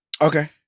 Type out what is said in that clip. Okay